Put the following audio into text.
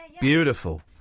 Beautiful